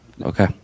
Okay